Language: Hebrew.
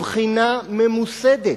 הבחינה ממוסדת.